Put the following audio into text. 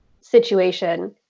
situation